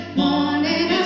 morning